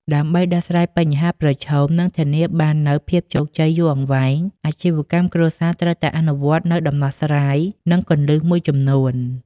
ដើម្បីដោះស្រាយបញ្ហាប្រឈម និងធានាបាននូវភាពជោគជ័យយូរអង្វែង អាជីវកម្មគ្រួសារត្រូវតែអនុវត្តនូវដំណោះស្រាយ និងគន្លឹះមួយចំនួន។